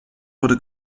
wurde